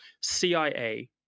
CIA